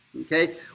okay